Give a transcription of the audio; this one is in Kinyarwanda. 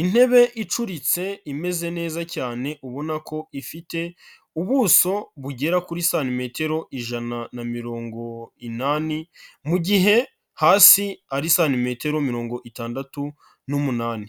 Intebe icuritse imeze neza cyane, ubona ko ifite ubuso bugera kuri santimetero ijana na mirongo inani, mu gihe hasi ari santimetero mirongo itandatu n'umunani.